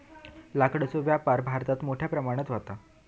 लाकडाचो व्यापार भारतात मोठ्या प्रमाणावर व्हता